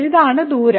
ഇതാണ് ദൂരം